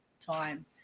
time